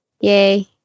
yay